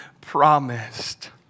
promised